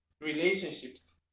Relationships